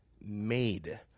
made